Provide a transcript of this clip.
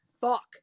fuck